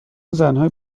زنهای